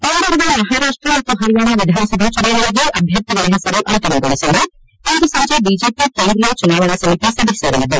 ಮುಂಬರುವ ಮಹಾರಾಷ್ಟ ಮತ್ತು ಹರ್ಯಾಣ ವಿಧಾನಸಭಾ ಚುನಾವಣೆಗೆ ಅಭ್ಯರ್ಥಿಗಳ ಹೆಸರು ಅಂತಿಮಗೊಳಿಸಲು ಇಂದು ಸಂಜೆ ಬಿಜೆಪಿ ಕೇಂದ್ರೀಯ ಚುನಾವಣಾ ಸಮಿತಿ ಸಭೆ ಸೇರಲಿದೆ